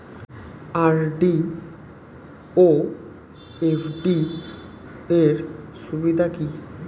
RD ও FD র সুবিধা কি?